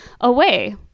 away